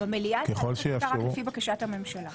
רק לפי בקשת הממשלה.